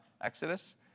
Exodus